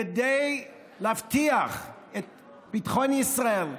כדי להבטיח את ביטחון ישראל,